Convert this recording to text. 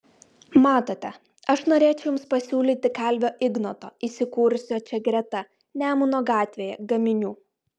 matote aš norėčiau jums pasiūlyti kalvio ignoto įsikūrusio čia greta nemuno gatvėje gaminių